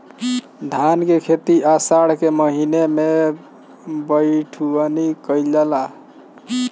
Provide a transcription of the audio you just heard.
धान के खेती आषाढ़ के महीना में बइठुअनी कइल जाला?